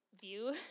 view